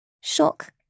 shock